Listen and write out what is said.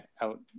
out